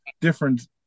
different